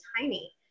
tiny